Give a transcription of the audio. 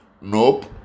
Nope